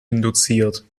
induziert